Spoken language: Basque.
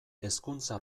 hezkuntza